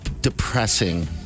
Depressing